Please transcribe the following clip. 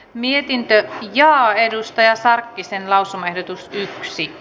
mietintö linjaa edustaja sarkkisen lausumme nyt on yksi